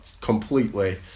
completely